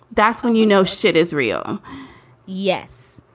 that's when, you know, shit is real yes.